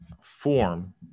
form